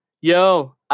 yo